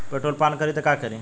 Petrol पान करी त का करी?